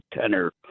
tenor